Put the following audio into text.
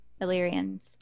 Illyrians